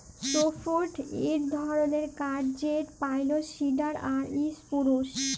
softwood ইক ধরলের কাঠ যেট পাইল, সিডার আর ইসপুরুস